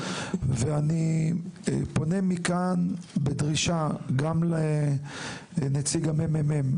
ואני פונה מכאן בדרישה גם לנציג הממ"מ,